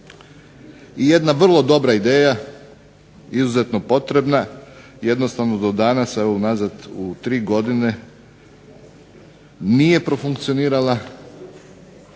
i jedna vrlo dobra ideja, izuzetno potrebna, unazad tri godine nije profunkcionirala